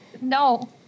no